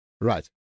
Right